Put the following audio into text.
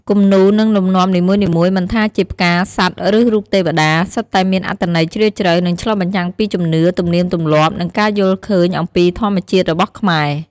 គំនូរ និងលំនាំនីមួយៗមិនថាជាផ្កា សត្វ ឬរូបទេវតា សុទ្ធតែមានអត្ថន័យជ្រាលជ្រៅ និងឆ្លុះបញ្ចាំងពីជំនឿ ទំនៀមទម្លាប់ និងការយល់ឃើញអំពីធម្មជាតិរបស់ខ្មែរ។